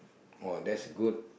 oh that's good